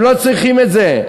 הם לא צריכים את זה.